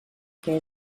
que